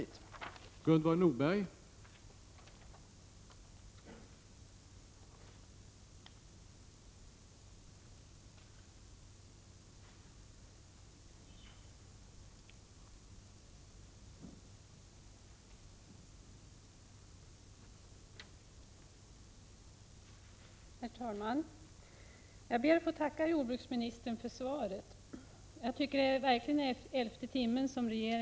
derlätta generationsskiften inom familjejordbruk derlätta generationsskiften inom familjejordbruk